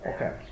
Okay